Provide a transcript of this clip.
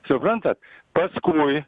suprantat paskui